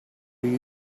you